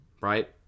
right